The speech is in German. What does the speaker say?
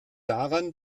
daran